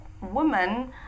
woman